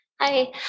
Hi